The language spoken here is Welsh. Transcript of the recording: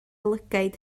lygaid